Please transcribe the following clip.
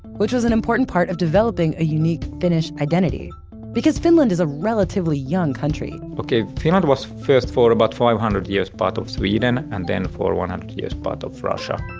which was an important part of developing a unique finnish identity because finland is a relatively young country. okay, finland was first, for about five hundred years, part of sweden, and then for one hundred years part of russia.